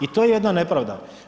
I to je jedna nepravda.